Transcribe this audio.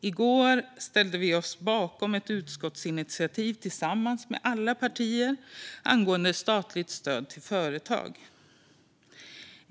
I går ställde vi oss tillsammans med alla de andra partierna bakom ett utskottsinitiativ angående statligt stöd till företag.